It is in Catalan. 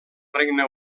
regne